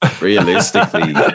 realistically